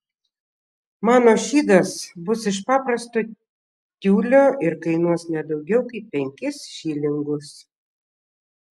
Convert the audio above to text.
mano šydas bus iš paprasto tiulio ir kainuos ne daugiau kaip penkis šilingus